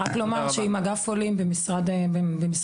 אני רק אומר שעם אגף עולים במשרד החינוך